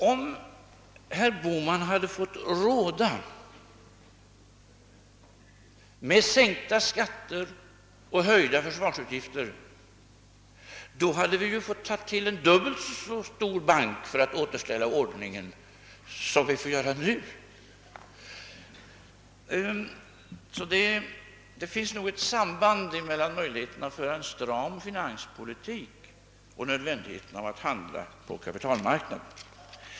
Om herr Bohman fått råda och fått sänkta skatter och höjda försvarsutgifter, så hade vi måst ta till en dubbelt så stor bank för att återställa ordningen. Det finns nog ett samband mellan möjligheterna att föra en stram finanspolitik och nödvändigheten att handla på kapitalmarknaden.